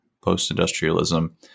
post-industrialism